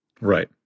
right